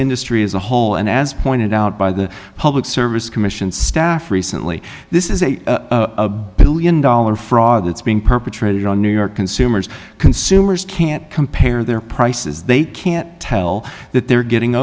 industry as a whole and as pointed out by the public service commission staff recently this is a one billion dollars fraud that's being perpetrated on new york consumers consumers can't compare their prices they can't tell that they're getting